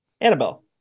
Annabelle